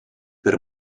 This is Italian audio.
per